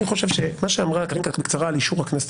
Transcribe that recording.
אני חושב שמה שאמרה קארין על אישור הכנסת,